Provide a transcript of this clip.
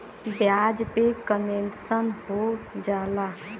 ब्याज पे कन्सेसन हो जाला